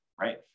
right